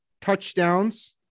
touchdowns